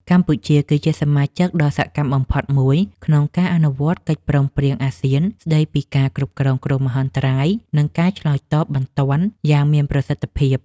កម្ពុជាគឺជាសមាជិកដ៏សកម្មបំផុតមួយក្នុងការអនុវត្តកិច្ចព្រមព្រៀងអាស៊ានស្តីពីការគ្រប់គ្រងគ្រោះមហន្តរាយ និងការឆ្លើយតបបន្ទាន់យ៉ាងមានប្រសិទ្ធភាព។